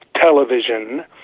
television